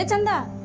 and